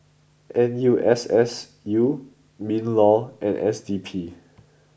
N U S S U Minlaw and S D P